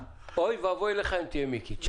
הוא הגדיר בדיוק איך נכנסים תיירים לארץ,